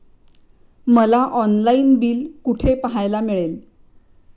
मला online bill कुठे पाहायला मिळेल?